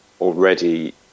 Already